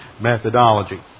methodology